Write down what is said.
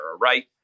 right